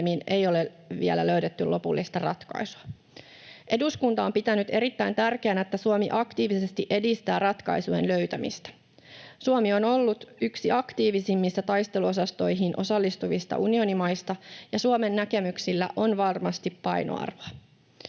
ei ole vielä löydetty lopullista ratkaisua. Eduskunta on pitänyt erittäin tärkeänä, että Suomi aktiivisesti edistää ratkaisujen löytämistä. Suomi on ollut yksi aktiivisimmista taisteluosastoihin osallistuvista unionimaista, ja Suomen näkemyksillä on varmasti painoarvoa.